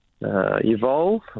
evolve